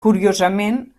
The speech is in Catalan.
curiosament